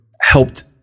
helped